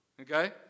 okay